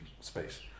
space